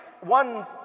one